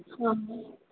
ହଁ